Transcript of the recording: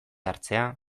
hartzea